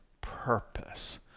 purpose